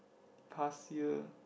past year